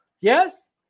Yes